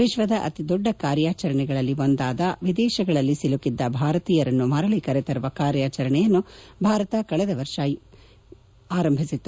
ವಿಶ್ಲದ ಅತಿ ದೊಡ್ಡ ಕಾರ್ಯಾಚರಣೆಗಳಲ್ಲಿ ಒಂದಾದ ವಿದೇಶಗಳಲ್ಲಿ ಸಿಲುಕಿದ್ದ ಭಾರತೀಯರನ್ನು ಮರಳಿ ಕರೆತರುವ ಕಾರ್ಯಾಚರಣೆಯನ್ನು ಭಾರತ ಕಳೆದ ವರ್ಷ ಏಳರಂದು ಆರಂಭಿಸಿತ್ತು